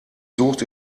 sucht